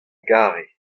gare